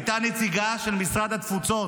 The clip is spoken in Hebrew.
הייתה נציגה של משרד התפוצות,